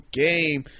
game